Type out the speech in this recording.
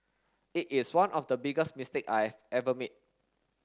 it is one of the biggest mistake I've ever made